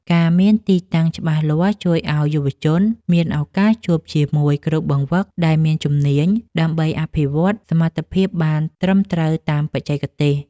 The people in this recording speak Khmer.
ការមានទីតាំងច្បាស់លាស់ជួយឱ្យយុវជនមានឱកាសជួបជាមួយគ្រូបង្វឹកដែលមានជំនាញ ដើម្បីអភិវឌ្ឍសមត្ថភាពបានត្រឹមត្រូវតាមបច្ចេកទេស។